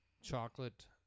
chocolate